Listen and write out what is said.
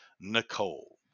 Nicole